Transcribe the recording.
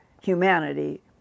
humanity